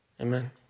amen